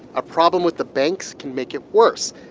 a problem with the banks can make it worse.